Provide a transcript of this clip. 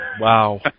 Wow